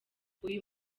uyu